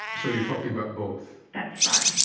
so you're talking about both? that's right.